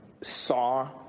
saw